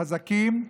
חזקים,